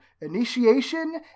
Initiation